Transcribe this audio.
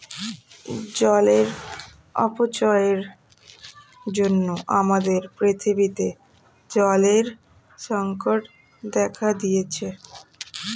জলের অপচয়ের জন্য আমাদের পৃথিবীতে জলের সংকট দেখা দিয়েছে